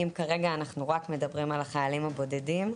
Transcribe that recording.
אם כרגע אנחנו רק מדברים על החיילים הבודדים,